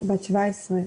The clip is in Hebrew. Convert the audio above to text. בת 17,